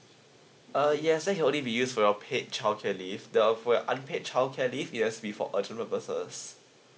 uh yes that can only be used for your paid childcare leave the uh for your unpaid childcare leave it has before assurance